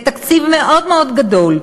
בתקציב מאוד מאוד גדול,